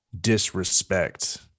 disrespect